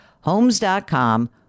Homes.com